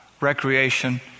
recreation